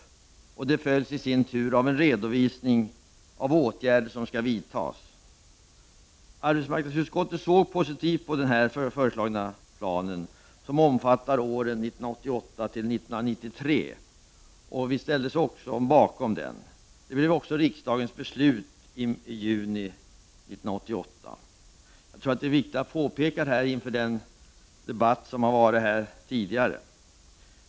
De följs i sin tur av en redovisning av åtgärder som skall vidtas. Arbetsmarknadsutskottet såg positivt på den föreslagna planen, som omfattar åren 1988-1993 och ställde sig bakom den. Det blev också riksdagens beslut i juni 1988. Det är viktigt att påpeka det med anledning av den debatt som har förts.